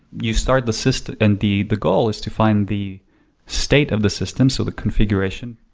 you start the system and the the goal is to find the state of the system, so the configuration.